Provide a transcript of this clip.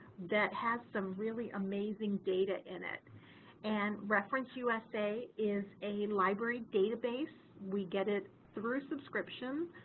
that has some really amazing data in it and reference usa, is a library database, we get it through subscription